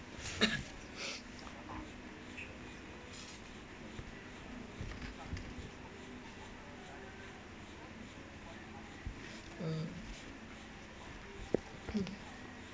mm